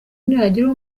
nihagira